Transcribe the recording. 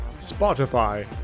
Spotify